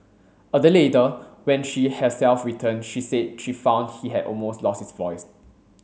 a day later when she herself returned she said she found he had almost lost his voice